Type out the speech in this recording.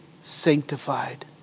sanctified